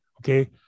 okay